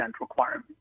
requirement